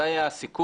זה היה הסיכום.